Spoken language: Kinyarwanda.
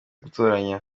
gutoranya